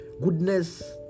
goodness